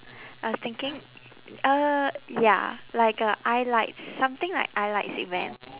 I was thinking uh ya like uh I lights something like I lights event